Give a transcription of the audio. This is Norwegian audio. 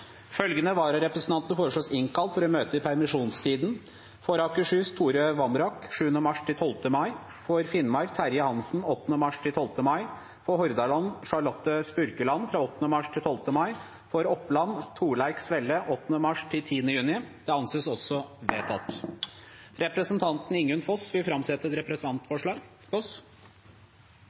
Følgende vararepresentanter innkalles for å møte i permisjonstiden slik: For Akershus: Tore Vamraak 7. mars–12. mai For Finnmark: Terje Hansen 8. mars–12. mai For Hordaland: Charlotte Spurkeland 8. mars–12. mai For Oppland: Torleik Svelle 8. mars–10. juni Representanten Ingunn Foss vil framsette et representantforslag.